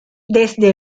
desde